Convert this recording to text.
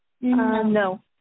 no